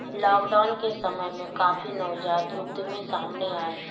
lockdown के समय में काफी नवजात उद्यमी सामने आए हैं